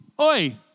oi